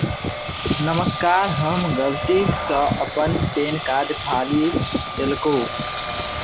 नमस्कार हम गलतीसँ अपन पैन कार्ड फाड़ि देलकौ